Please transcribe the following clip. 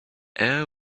air